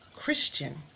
Christian